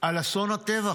על אסון הטבח.